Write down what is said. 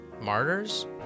Martyrs